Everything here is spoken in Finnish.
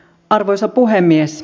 arvoisa puhemies